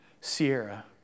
Sierra